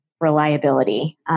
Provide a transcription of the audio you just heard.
reliability